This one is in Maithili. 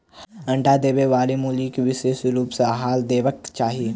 अंडा देबयबाली मुर्गी के विशेष रूप सॅ आहार देबाक चाही